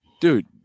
dude